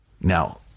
now